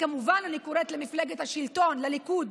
וכמובן אני קוראת למפלגת השלטון, לליכוד: